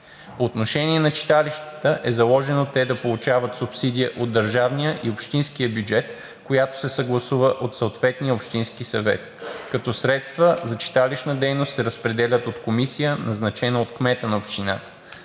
По отношение на читалищата е заложено те да получават субсидия от държавния и общинския бюджет, която се съгласува от съответния общински съвет, като средства за читалищна дейност се разпределят от комисия, назначена от кмета на общината.